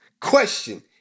Question